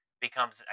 Becomes